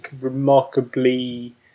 remarkably